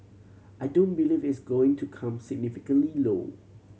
I don't believe it's going to come significantly low